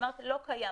לא קיים.